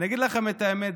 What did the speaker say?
אני אגיד לכם את האמת,